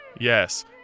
yes